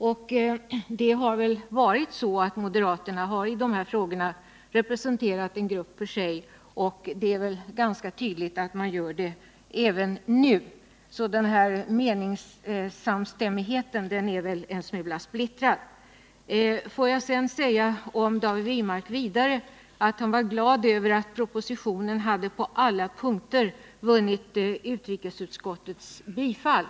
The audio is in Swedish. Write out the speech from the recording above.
I dessa frågor har moderaterna representerat en grupp för sig, och det är väl ganska tydligt att man gör så även nu. Meningssamstämmigheten är väl sålunda en smula splittrad. David Wirmark var glad över att propositionen på alla punkter vunnit utrikesutskottets bifall.